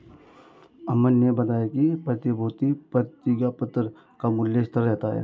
अमन ने बताया कि प्रतिभूति प्रतिज्ञापत्र का मूल्य स्थिर रहता है